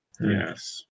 Yes